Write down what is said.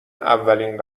اولین